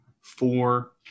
four